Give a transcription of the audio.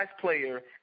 player